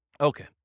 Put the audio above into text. Okay